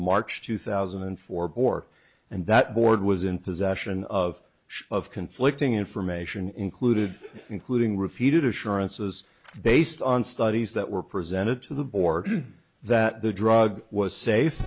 march two thousand and four bore and that board was in possession of of conflicting information included including refuted assurances based on studies that were presented to the board that the drug was safe